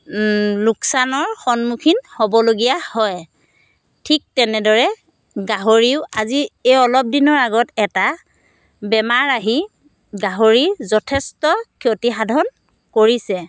লোকচানৰ সন্মুখীয়া হ'বলগীয়া হয় ঠিক তেনেদৰে গাহৰিও আজি এই অলপ দিনৰ আগত এটা বেমাৰ আহি গাহৰিৰ যথেষ্ট ক্ষতি সাধন কৰিছে